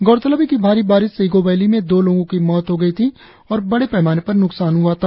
गौरतलब है कि भारी बारिश से इगो वैली में दो लोगों की मौत हो गई थी और बड़े पैमाने पर न्कसान हुआ था